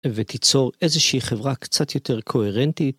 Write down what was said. ותיצור איזושהי חברה קצת יותר קוהרנטית.